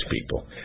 people